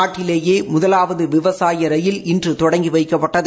நாட்டிலேயே முதலாவது விவசாய ரயில் இன்று தொடங்கி வைக்கப்பட்டது